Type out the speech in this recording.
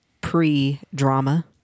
pre-drama